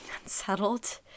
unsettled